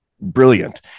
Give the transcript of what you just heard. brilliant